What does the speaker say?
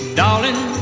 darling